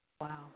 Wow